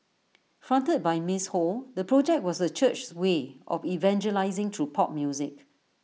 fronted by miss ho the project was the church's way of evangelising through pop music